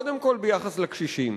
קודם כול ביחס לקשישים.